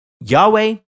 Yahweh